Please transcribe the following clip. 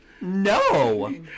No